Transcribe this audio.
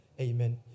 Amen